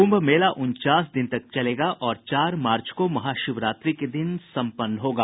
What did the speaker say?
कुंभ मेला उनचास दिन चलेगा और चार मार्च को महाशिवरात्रि के दिन संपन्न होगा